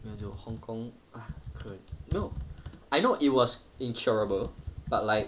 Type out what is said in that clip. hong kong I know it was incurable but like